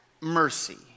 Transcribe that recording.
mercy